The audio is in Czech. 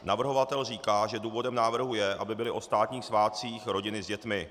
Navrhovatel říká, že důvodem návrhu je, aby byly o státních svátcích rodiny s dětmi.